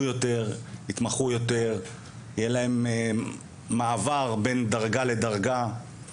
יותר; יתמחו יותר; שיהיה להם מעבר בין דרגה לדרגה,